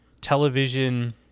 television